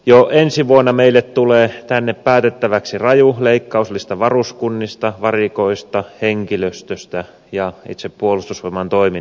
jo ensi vuonna meille tulee tänne päätettäväksi raju leikkauslista varuskunnista varikoista henkilöstöstä ja itse puolustusvoimain toiminnasta